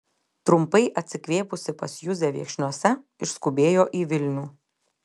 trumpai atsikvėpusi pas juzę viekšniuose išskubėjo į vilnių